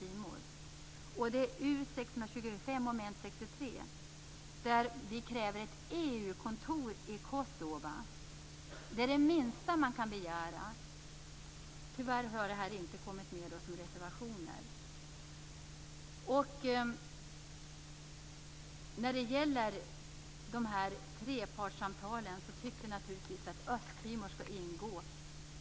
Sedan är det motion U625 under mom. 63, där vi kräver att ett EU-kontor inrättas i Kosova. Det är det minsta man kan begära. Tyvärr har dessa punkter inte kommit med som reservationer. Vi tycker naturligtvis att Östtimor skall ingå i trepartssamtalen.